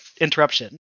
interruption